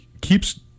keeps